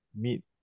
meet